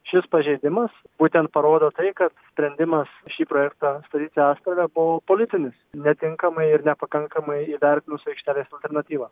šis pažeidimas būtent parodo tai kad sprendimas šį projektą statyti astrave buvo politinis netinkamai ir nepakankamai įvertinus aikštelės alternatyvą